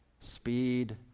Speed